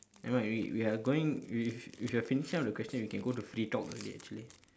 nevermind we we are going we we if we are finishing up the question we can go to free talk already actually